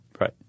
Right